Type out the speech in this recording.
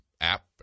app